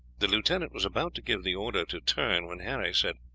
the lieutenant was about to give the order to turn when harry said,